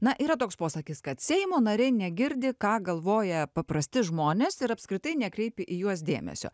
na yra toks posakis kad seimo nariai negirdi ką galvoja paprasti žmonės ir apskritai nekreipė į juos dėmesio